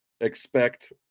expect